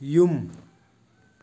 ꯌꯨꯝ